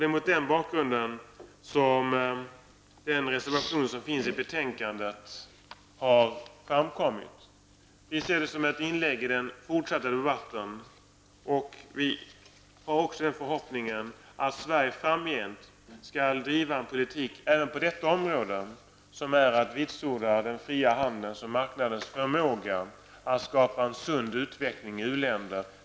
Det är mot den bakgrunden som den reservation som är fogad till betänkandet har tillkommit. Vi ser reservationen som ett inlägg i den fortsatta debatten och hyser den förhoppningen att Sverige framgent skall driva en politik även på detta område som vitsordar den fria handels och marknadens förmåga att skapa en sund utveckling i u-länderna.